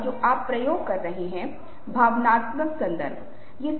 यहाँ पहले वाला है यहाँ पर भावनाओं का क्या संचार हो रहा है